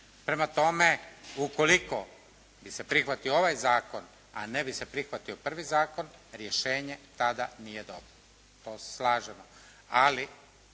Prema tome, ukoliko bi se prihvatio ovaj Zakon, a ne bi se prihvatio prvi zakon, rješenje tada nije dobro. To se slažemo.